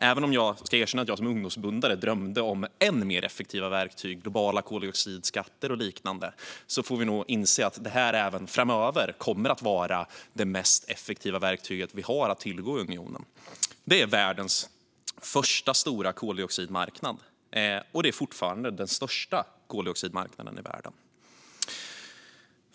Även om jag erkänner att jag som ungdomsförbundare drömde om än mer effektiva verktyg, globala koldioxidskatter och liknande får vi nog inse att detta även framöver kommer att vara det mest effektiva verktyget vi har att tillgå i unionen. Det är världens första stora koldioxidmarknad, och det är fortfarande den största koldioxidmarknaden i världen.